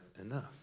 enough